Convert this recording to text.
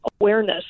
awareness